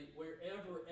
wherever